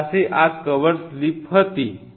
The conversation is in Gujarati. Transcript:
આપણી પાસે આ કવર સ્લિપ હતી